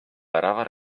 värava